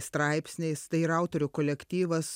straipsniais tai yra autorių kolektyvas